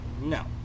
No